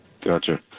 gotcha